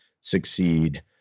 succeed